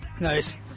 Nice